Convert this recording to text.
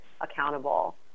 accountable